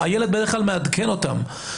הילד בדרך כלל מעדכן אותם.